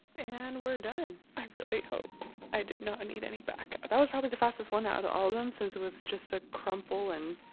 and we're done. i really hope i did not need any back. that was probably the fastest one out of all of them since it was just a crumple and.